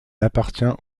appartient